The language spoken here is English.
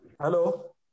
Hello